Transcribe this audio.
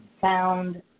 Found